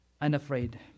Unafraid